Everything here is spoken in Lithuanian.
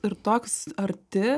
ir toks arti